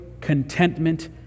contentment